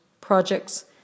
projects